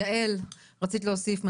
יעל, רצית להוסיף משהו?